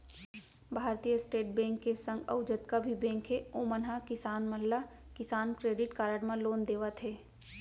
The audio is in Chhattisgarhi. भारतीय स्टेट बेंक के संग अउ जतका भी बेंक हे ओमन ह किसान मन ला किसान क्रेडिट कारड म लोन देवत हें